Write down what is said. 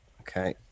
okay